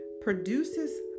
produces